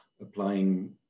applying